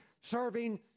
serving